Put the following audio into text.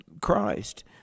Christ